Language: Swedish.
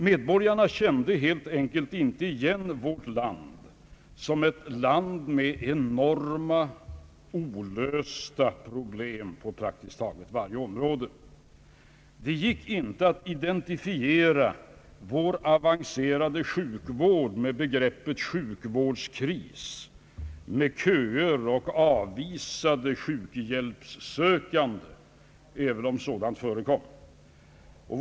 Medborgarna kände helt enkelt inte igen vårt land som ett land med enorma olösta problem på praktiskt taget varje område. Det gick inte att identifiera vår avancerade sjukvård med begreppet sjukvårdskris, med köer och avvisade sjukhjälpssökande, även om sådant förekommer.